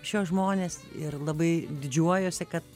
šiuos žmones ir labai didžiuojuosi kad